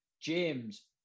james